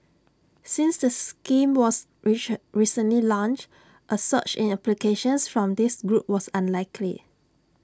since the scheme was recently launched A surge in applications from this group was unlikely